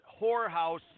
whorehouse